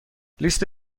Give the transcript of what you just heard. لیست